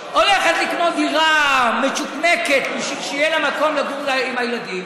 הולכת לקנות דירה מצ'וקמקת בשביל שיהיה לה מקום לגור עם הילדים,